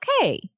okay